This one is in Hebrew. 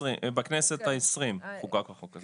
בכנסת ה-20 חוקק החוק הזה.